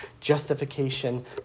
justification